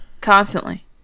Constantly